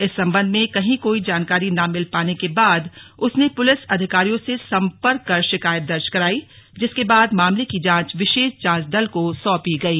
इस संबंध में कहीं कोई जानकारी न मिल पाने के बाद उसने पुलिस अधिकारियों से संपर्क कर शिकायत दर्ज करायी जिसके बाद मामले की जांच विशेष जांच दल को सौंपी गयी